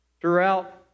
throughout